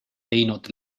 teinud